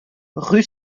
rue